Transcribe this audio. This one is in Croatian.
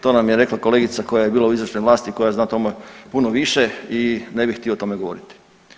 To nam je rekla kolegica koja je bila u izvršnoj vlasti koja zna o tome puno više i ne bih htio o tome govoriti.